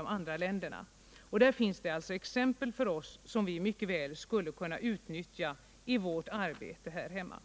Där finns det alltså exempel för oss som vi mycket väl skulle kunna utnyttja i vårt arbete här hemma.